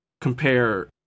compare